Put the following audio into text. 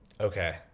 Okay